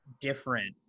different